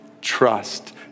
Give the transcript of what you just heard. Trust